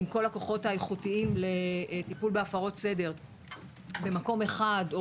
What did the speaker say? עם כל הכוחות האיכותיים לטיפול בהפרות סדר במקום אחד או